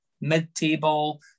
mid-table